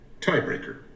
Tiebreaker